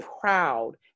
proud